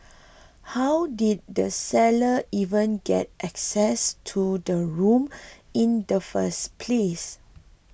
how did the sellers even get access to the room in the first place